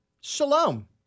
Shalom